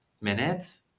minutes